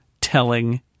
telling